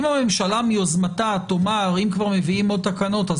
אם הממשלה מיוזמתה תאמר אם כבר מביאים עוד תקנות אז